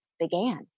began